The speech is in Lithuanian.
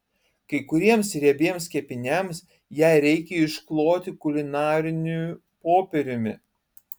kai kuriems riebiems kepiniams ją reikia iškloti kulinariniu popieriumi